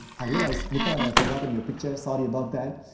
i realize muthahan i have forgotten your picture. sorry about that.